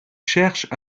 cherchent